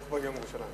לכבוד יום ירושלים.